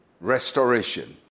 restoration